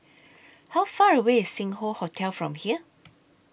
How Far away IS Sing Hoe Hotel from here